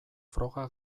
froga